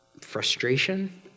frustration